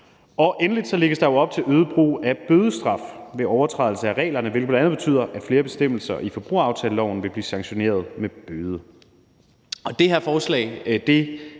Endelig lægges der jo op til øget brug af bødestraf ved overtrædelse af reglerne, hvilket bl.a. betyder, at flere bestemmelser i forbrugeraftaleloven vil blive sanktioneret med bøde. Det her forslag følger